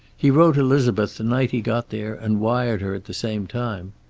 he wrote elizabeth the night he got there, and wired her at the same time.